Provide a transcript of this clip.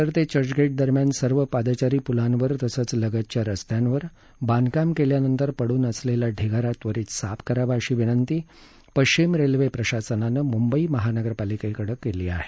पश्विम रेल्वेच्या दहिसर ते चर्चगेट दरम्यान सर्व पादचारी पुलावर तसंच लगतच्या रस्त्यावर बाधकाम केल्यानंतर पडून असलेला ढिगारा त्वरीत साफ करावा अशी विनंती पश्चिम रेल्वे प्रशासनानं मुंबई महानगर पालिकेकडं केली आहे